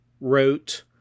wrote